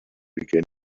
began